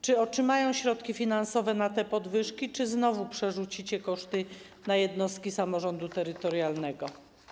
Czy otrzymają środki finansowe na te podwyżki czy znowu przerzucicie koszty na jednostki samorządu terytorialnego?